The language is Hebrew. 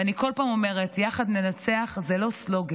ואני כל פעם אומרת: "יחד ננצח" זה לא סלוגן,